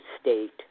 state